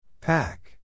Pack